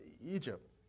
Egypt